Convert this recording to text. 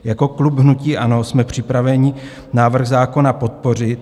Jako klub hnutí ANO jsme připraveni návrh zákona podpořit.